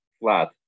flat